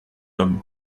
homme